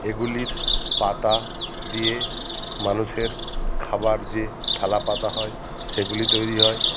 এগুলির পাতা দিয়ে মানুষের খাবার যে থালা পাতা হয় সেগুলি তৈরি হয়